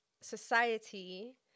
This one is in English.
society